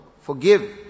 Forgive